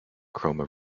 chroma